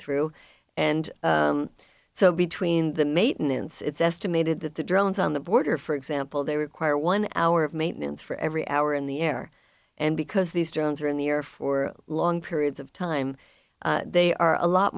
through and so between the maintenance it's estimated that the drones on the border for example they were quire one hour of maintenance for every hour in the air and because these drones are in the air for long periods of time they are a lot